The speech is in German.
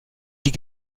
die